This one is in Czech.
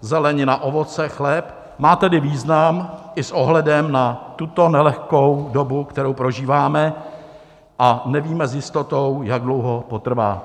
zelenina, ovoce, chléb, má tedy význam i s ohledem na tuto nelehkou dobu, kterou prožíváme a nevíme s jistotou, jak dlouho potrvá.